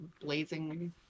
blazing